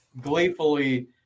gleefully